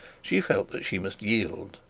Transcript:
she felt that she must yield.